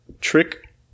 Trick